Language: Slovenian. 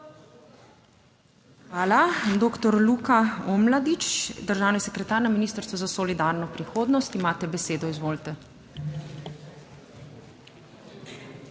Hvala. Doktor Luka Omladič, državni sekretar na Ministrstvu za solidarno prihodnost, imate besedo, izvolite.